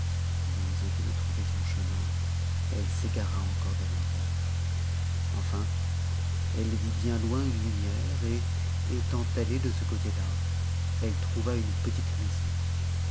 mais au lieu de trouver son chemin elle s'égara encore davantage enfin elle vit bien loin une lumière et étant allée de ce côté-là elle trouva une petite maison